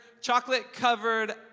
chocolate-covered